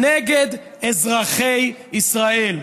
אזרחי ישראל,